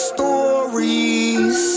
Stories